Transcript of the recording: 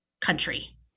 country